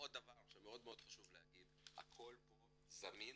עוד דבר שמאוד חשוב להגיד, הכל פה זמין